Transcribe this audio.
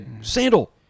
Sandal